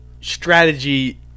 strategy